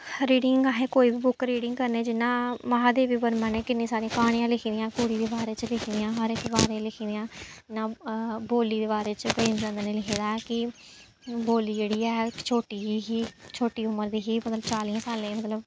reading अस कोई बी बुक रीडिंग करने जिन्ना महादेवी वर्मा ने किन्नियां सारियां क्हानियां लिखी दियां कुड़ी दे बारे च लिखी दियां हर इक दे बारे च लिखी दियां न बोल्ली दे बारे च प्रेमचंद ने लिखे दा ऐ कि बोल्ली जेह्ड़ी ऐ छोटी जेही ही छोटी उमर दी ही पता निं चाह्लियें साल्लें दी मतलब